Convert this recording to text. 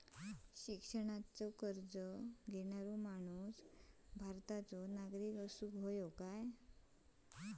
शिक्षणाचो कर्ज घेणारो माणूस भारताचो नागरिक असूक हवो काय?